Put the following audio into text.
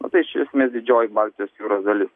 nu tai iš esmės didžioji baltijos jūros dalis